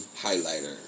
highlighter